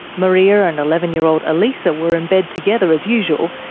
maria and eleven year old elisa were in bed together as usual,